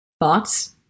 Thoughts